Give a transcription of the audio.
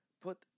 put